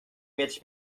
mieć